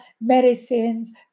medicines